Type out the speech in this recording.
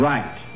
Right